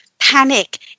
panic